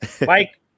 Mike